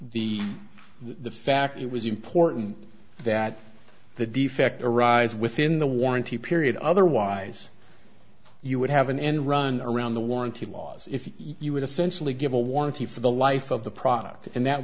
that the fact it was important that the defect arise within the warranty period otherwise you would have an end run around the warranty laws if you would essentially give a warranty for the life of the product and that